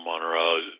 Monroe